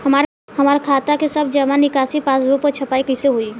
हमार खाता के सब जमा निकासी पासबुक पर छपाई कैसे होई?